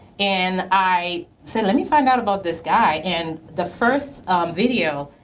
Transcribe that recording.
and i said, let me find out about this guy. and the first video,